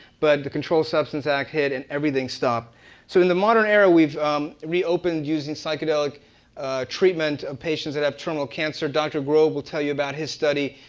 but the control substance act hit and everything stopped. so in the modern era we've reopened using psychedelic treatment of patients that have terminal cancer. dr. grobe will tell you about his study,